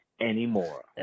anymore